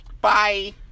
Bye